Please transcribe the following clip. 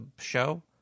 show